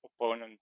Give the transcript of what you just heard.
opponent